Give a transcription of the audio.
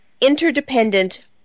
interdependent